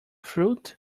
fruit